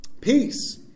Peace